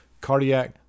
cardiac